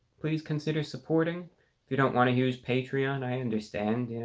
please consider supporting we don't want to use patreon i understand,